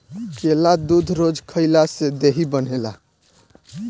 केला दूध रोज खइला से देहि बनेला